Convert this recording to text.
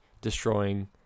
destroying